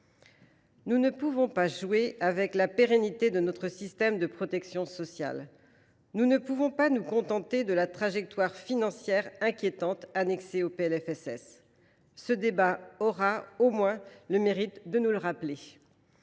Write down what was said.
Nous ne pouvons pas jouer avec la pérennité de notre système de protection sociale. Nous ne pouvons pas nous contenter de la trajectoire financière inquiétante annexée au projet de loi de financement de la